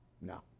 No